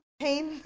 pain